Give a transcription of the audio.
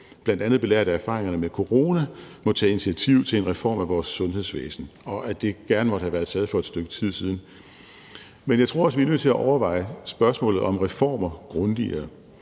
bl.a. belært af erfaringerne med corona må tage initiativet til en reform af vores sundhedsvæsen, og at det gerne måtte have været taget for et stykke tid siden. Men jeg tror også, at vi er nødt til overveje spørgsmålet om reformer grundigere.